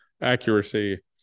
accuracy